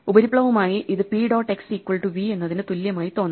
ഉപരിപ്ലവമായി ഇത് P dot X equal to V എന്നതിന് തുല്യമായി തോന്നാം